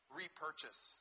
repurchase